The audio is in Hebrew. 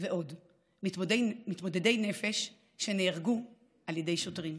ועוד מתמודדי נפש שנהרגו על ידי שוטרים.